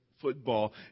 football